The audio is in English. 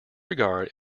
regard